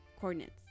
coordinates